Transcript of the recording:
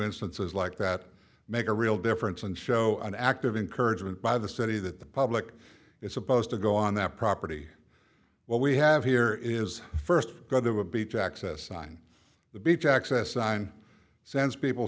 instances like that make a real difference and show an active encouragement by the city that the public is supposed to go on that property what we have here is first rather a beach access sign the beach access sign sends people